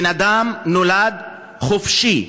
והרי אימותיהם הולידו אותם בני חורין.) בן אדם נולד חופשי,